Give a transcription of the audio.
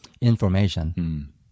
information